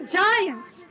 giants